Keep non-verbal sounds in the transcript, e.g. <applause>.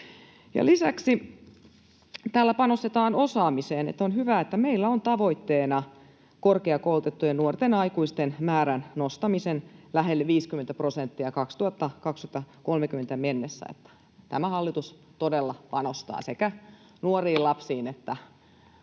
Lisäksi täällä panostetaan osaamiseen. On hyvä, että meillä on tavoitteena korkeakoulutettujen nuorten aikuisten määrän nostaminen lähelle 50:tä prosenttia vuoteen 2030 mennessä. Tämä hallitus todella panostaa sekä <noise> nuoriin,